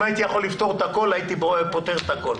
אם הייתי יכול לפתור את הכול הייתי פותר את הכול.